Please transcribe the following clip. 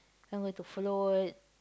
one were to float